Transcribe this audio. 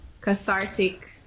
cathartic